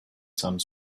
some